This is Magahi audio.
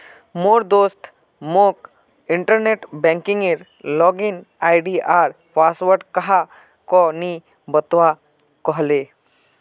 मोर दोस्त मोक इंटरनेट बैंकिंगेर लॉगिन आई.डी आर पासवर्ड काह को नि बतव्वा कह ले